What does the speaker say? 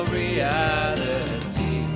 reality